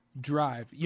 drive